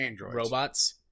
robots